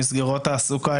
במסגרות תעסוקה,